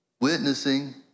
witnessing